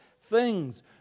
things